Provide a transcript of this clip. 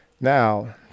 Now